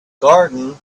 garden